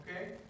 okay